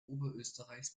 oberösterreichs